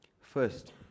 First